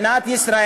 חברי,